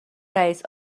رئیس